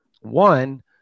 one